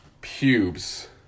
pubes